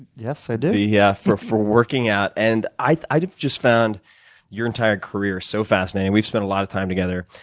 yes, i do. yeah for for working out. and i i have just found your entire career so fascinating. we've spent a lot of time together.